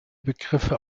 begriffe